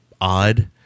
odd